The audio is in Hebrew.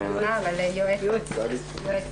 יועצת.